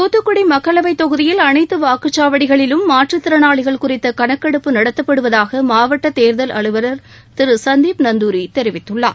தூத்துக்குட மக்களவைத் தொகுதியில் அளைத்து வாக்குச் சாவடிகளிலும் மாற்றுத்திறனாளிகள் குறித்த கணக்கெடுப்பு நடத்தப்படுவதாக மாவட்ட தேர்தல் அலுவலர் திரு சந்தீப் நந்தாரி தெரிவித்திருக்கிறார்